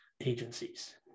agencies